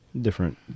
different